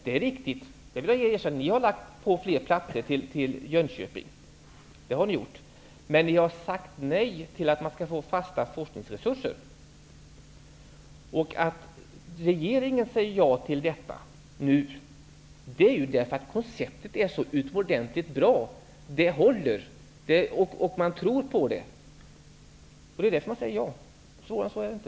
Det är riktigt som han säger. Ni har velat ha fler platser i Jönköping, men ni har sagt nej till att man där skulle få fasta forskningsresurser. Regeringen säger nu ja till detta, eftersom konceptet är så utomordentligt bra. Det håller och man tror på det. Det är därför som man säger ja. Svårare än så är det inte.